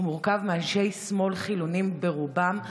הוא מורכב מאנשי שמאל חילונים ברובם.